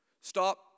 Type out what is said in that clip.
Stop